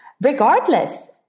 regardless